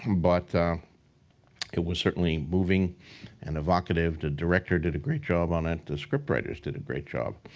um but it was certainly moving and evocative. the director did a great job on it. the script writers did a great job.